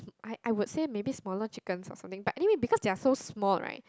I I would maybe smaller chicken or something but anyway because they are so small right